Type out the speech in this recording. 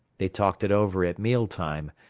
they talked it over at meal-time,